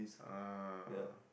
ah